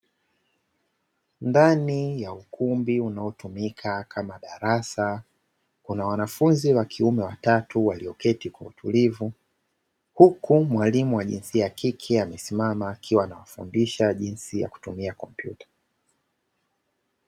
Ndani ya ukumbi unaotumika kama darasa kuna wanafunzi wa kiume watatu walioketi kwa utulivu, huku mwalimu wa jinsia ya kike amesimama akiwa anawafundisha jinsi ya kutumia kompyuta.